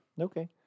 Okay